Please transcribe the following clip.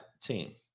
team